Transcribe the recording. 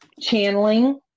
channeling